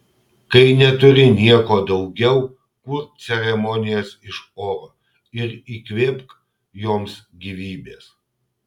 kai neturi nieko daugiau kurk ceremonijas iš oro ir įkvėpk joms gyvybės